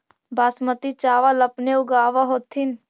बासमती चाबल अपने ऊगाब होथिं?